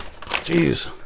Jeez